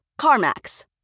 CarMax